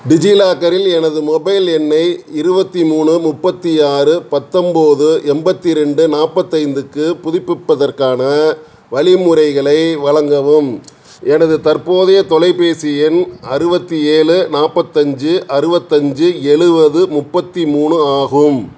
டிஜிலாக்கரில் எனது மொபைல் எண்ணை இருபத்தி மூணு முப்பத்து ஆறு பத்தொம்பது எண்பத்தி ரெண்டு நாற்பத்தி ஐந்துக்கு புதுப்பிப்பதற்கான வழிமுறைகளை வழங்கவும் எனது தற்போதைய தொலைபேசி எண் அறுபத்தி ஏழு நாற்பத்தஞ்சு அறுபத்தஞ்சு எழுவது முப்பத்து மூணு ஆகும்